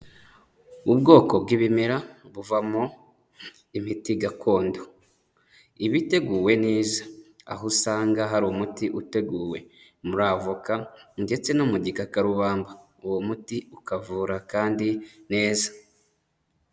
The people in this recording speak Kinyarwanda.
Ubwoko bw'ibimera buvamo imiti gakondo, iba iteguwe neza, aho usanga hari umuti uteguwe muri avoka, ndetse no mu gikakarubamba, uwo muti ukavura kandi neza.